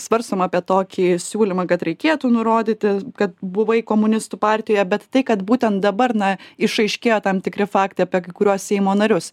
svarstoma apie tokį siūlymą kad reikėtų nurodyti kad buvai komunistų partijoje bet tai kad būtent dabar na išaiškėjo tam tikri faktai apie kai kuriuos seimo narius